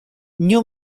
new